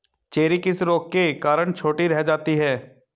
Cherry किस रोग के कारण छोटी रह जाती है?